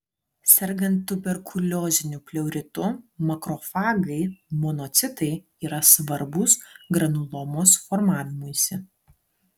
sergant tuberkulioziniu pleuritu makrofagai monocitai yra svarbūs granulomos formavimuisi